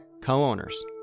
co-owners